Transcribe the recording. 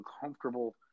uncomfortable